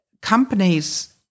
Companies